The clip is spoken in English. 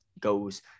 goes